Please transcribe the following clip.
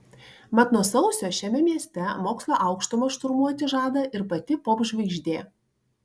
mat nuo sausio šiame mieste mokslo aukštumas šturmuoti žada ir pati popžvaigždė